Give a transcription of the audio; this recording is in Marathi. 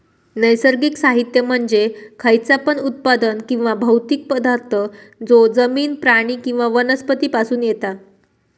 नैसर्गिक साहित्य म्हणजे खयचा पण उत्पादन किंवा भौतिक पदार्थ जो जमिन, प्राणी किंवा वनस्पती पासून येता